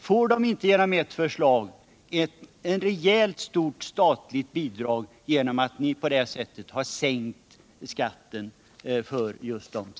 Får de inte genom ert förslag ett rejält statligt bidrag till följd av att ni på detta sätt sänker skatten för just dem?